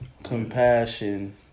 compassion